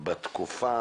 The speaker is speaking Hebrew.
הייתה תקופה